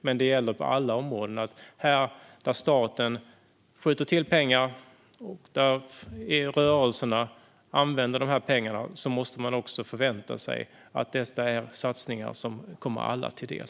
Men på alla områden och rörelser där staten skjuter till pengar måste man kunna förvänta sig att pengarna går till satsningar som kommer alla till del.